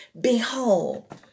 Behold